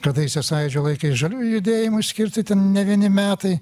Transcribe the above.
kadaise sąjūdžio laikais žaliųjų judėjimui skirti ten ne vieni metai